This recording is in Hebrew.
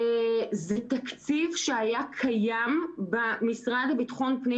זה תקציב שהיה קיים במשרד לביטחון פנים